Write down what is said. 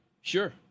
Sure